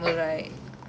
ya